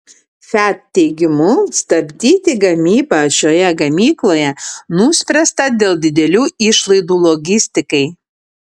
fiat teigimu stabdyti gamybą šioje gamykloje nuspręsta dėl didelių išlaidų logistikai